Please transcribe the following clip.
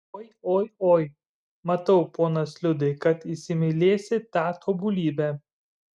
oi oi oi matau ponas liudai kad įsimylėsi tą tobulybę